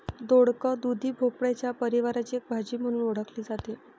दोडक, दुधी भोपळ्याच्या परिवाराची एक भाजी म्हणून ओळखली जाते